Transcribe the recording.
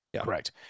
Correct